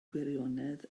gwirionedd